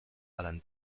allan